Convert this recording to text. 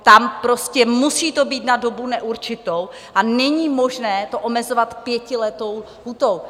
Tam to prostě musí být na dobu neurčitou a není možné to omezovat pětiletou lhůtou.